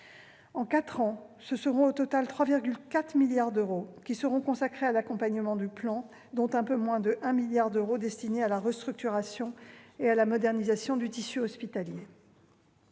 En quatre ans, ce seront au total 3,4 milliards d'euros qui seront consacrés à l'accompagnement du plan, dont un peu moins de 1 milliard d'euros destinés à la restructuration et à la modernisation du tissu hospitalier.